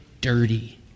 dirty